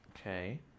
okay